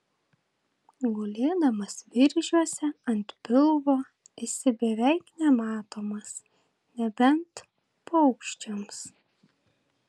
gulėdamas viržiuose ant pilvo esi beveik nematomas nebent paukščiams